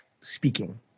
speaking